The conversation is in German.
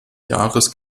jahres